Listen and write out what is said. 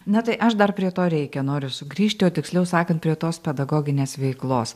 ne tai aš dar prie to reikia noriu sugrįžti o tiksliau sakant prie tos pedagoginės veiklos